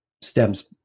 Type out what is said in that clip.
stems